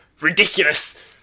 Ridiculous